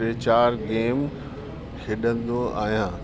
टे चारि गेम खेॾंदो आहियां